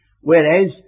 whereas